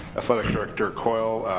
athletic director coyle,